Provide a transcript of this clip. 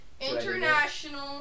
International